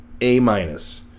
A-minus